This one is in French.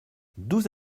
douze